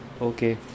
Okay